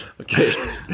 Okay